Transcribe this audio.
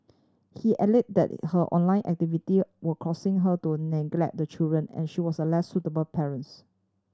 he alleged that her online activity were causing her to neglect the children and she was a less suitable parents